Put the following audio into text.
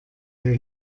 der